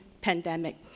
pandemic